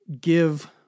give